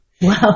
Wow